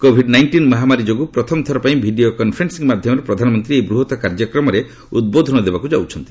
Covid nineteen ମହାମାରୀ ଯୋଗୁଁ ପ୍ରଥମ ଥର ପାଇଁ ଭିଡିଓ କନ୍ଫରେନ୍ସିଂ ମାଧ୍ୟମରେ ପ୍ରଧାନମନ୍ତ୍ରୀ ଏହି ବୃହତ କାର୍ଯ୍ୟକ୍ରମରେ ଉଦ୍ବୋଧନ ଦେବାକୁ ଯାଉଛନ୍ତି